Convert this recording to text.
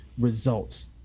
results